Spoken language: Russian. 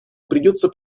придется